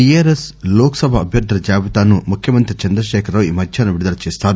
లీఆర్ఎస్ లోక్సభ అభ్యర్దుల జాబితాను ముఖ్యమంతి చందశేఖర్రావు ఈ మధ్యాహ్నం విడుదల చేస్తారు